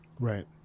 Right